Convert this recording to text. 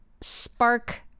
spark